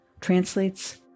translates